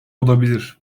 olabilir